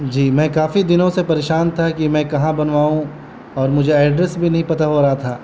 جی میں کافی دنوں سے پریشان تھا کہ میں کہاں بنواؤں اور مجھے ایڈریس بھی نہیں پتہ ہو رہا تھا